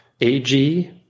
AG